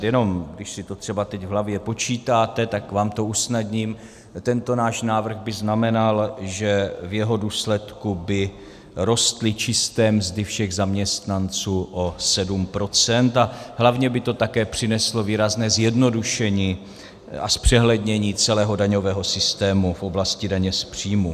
Jenom, když si to třeba teď v hlavě počítáte, tak vám to usnadním tento náš návrh by znamenal, že v jeho důsledku by rostly čisté mzdy všech zaměstnanců o 7 % a hlavně by to také přineslo výrazné zjednodušení a zpřehlednění celého daňového systému v oblasti daně z příjmů.